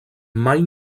mai